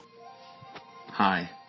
Hi